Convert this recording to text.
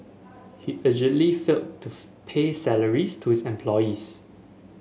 he allegedly failed to pay salaries to his employees